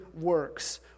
works